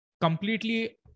completely